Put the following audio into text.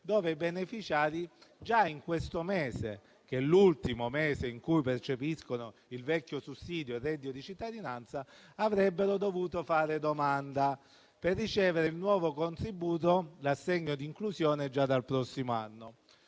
dove i beneficiari, già in questo mese, che è l'ultimo in cui percepiscono il vecchio sussidio del reddito di cittadinanza, avrebbero dovuto fare domanda per ricevere il nuovo contributo, l'assegno di inclusione, già dal prossimo anno.